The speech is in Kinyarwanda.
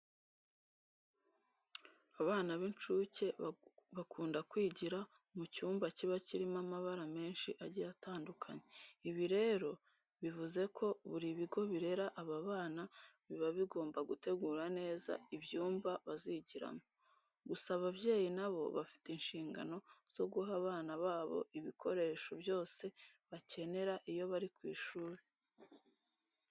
Abana b'incuke bakunda kwigira mu cyumba kiba kirimo amabara menshi agiye atandukanye. Ibi rero bivuze ko buri bigo birera aba bana, biba bigomba gutegura neza ibyumba bazigiramo. Gusa ababyeyi na bo bafite inshingano zo guha abana babo ibikoresho byose bakenera iyo bari ku ishuri.